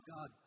God